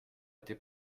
été